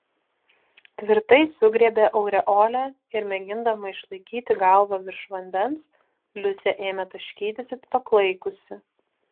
tvirtai sugriebė aureolę ir mėgindama išlaikyti galvą virš vandens liusė ėmė taškytis it paklaikusi